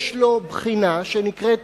יש לו בחינה שנקראת